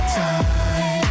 time